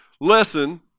lesson